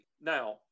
now